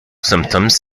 symptoms